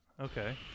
Okay